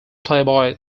playboy